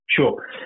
Sure